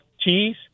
cheese